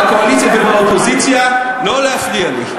בקואליציה ובאופוזיציה לא להפריע לי.